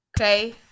Okay